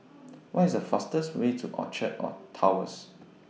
What IS The fastest Way to Orchard Towers